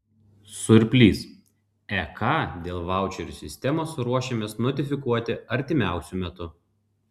surplys ek dėl vaučerių sistemos ruošiamės notifikuoti artimiausiu metu